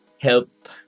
help